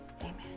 amen